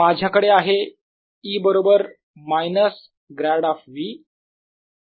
माझ्याकडे आहे E बरोबर मायनस ग्रॅड ऑफ V